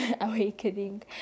awakening